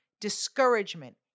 discouragement